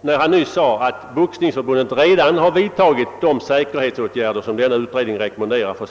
när han nyss sade, att Boxningsförbundet redan vidtagit de säkerhetsåtgärder som denna utredning rekommenderar.